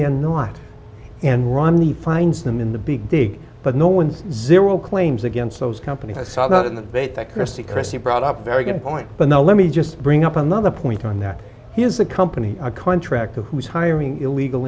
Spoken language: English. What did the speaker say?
are not and romney finds them in the big dig but no one's zero claims against those companies i saw that in the debate that christie christie brought up a very good point but now let me just bring up another point on that he has a company a contractor who is hiring illegal